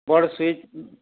ବଡ଼ ସାଇଜ